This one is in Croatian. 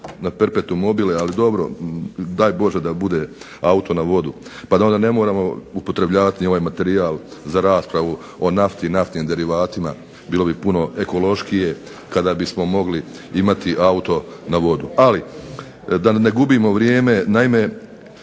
na perpetum mobile. Ali dobro, daj Bože da bude auto na vodu, pa da onda ne moramo upotrebljavati ni ovaj materijal za raspravu o nafti i naftnim derivatima. Bilo bi puno ekološkije kada bismo mogli imati auto na vodu. Ali da ne gubimo vrijeme. Naime,